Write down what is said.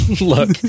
look